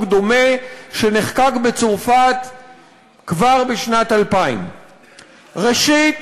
דומה שנחקק בצרפת כבר בשנת 2000. ראשית,